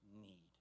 need